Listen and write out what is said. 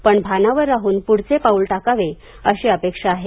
पण भानावर राहून पुढचे पाऊल टाकावे अशी अपेक्षा आहे